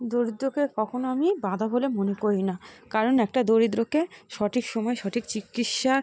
দরিদ্রকে কখনও আমি বাধা বলে মনে করি না কারণ একটা দরিদ্রকে সঠিক সময়ে সঠিক চিকিৎসা